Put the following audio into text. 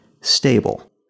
stable